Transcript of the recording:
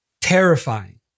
terrifying